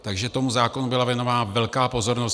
Takže tomu zákonu byla věnována velká pozornost.